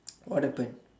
what happened